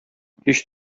һич